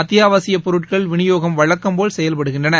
அத்தியாவசியப் பொருட்கள் விநியோகம் வழக்கம்போல் செயல்படுகின்றன